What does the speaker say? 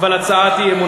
אבל הצעת אי-אמון,